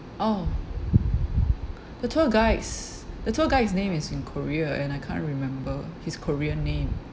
oh the tour guide's the tour guide's name is in korea and I can't remember his korean name